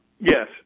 Yes